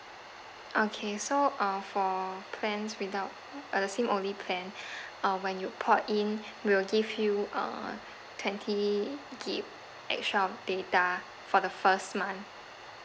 okay so uh for plans without uh the SIM only plan uh when you port in we will give you uh twenty gig extra of data for the first month